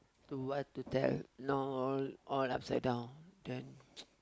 to what to tell no all all upside down then